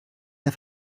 der